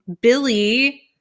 Billy